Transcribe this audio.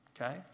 okay